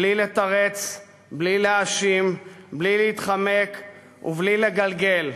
בלי לתרץ, בלי להאשים, בלי להתחמק ובלי להתגלגל.